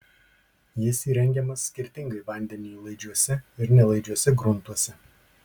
jis įrengiamas skirtingai vandeniui laidžiuose ir nelaidžiuose gruntuose